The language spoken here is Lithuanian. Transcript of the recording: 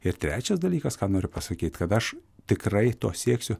ir trečias dalykas ką noriu pasakyt kad aš tikrai to sieksiu